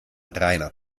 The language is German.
reiner